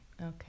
Okay